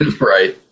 Right